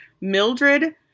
Mildred